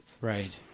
Right